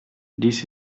dies